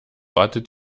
wartet